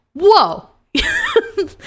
whoa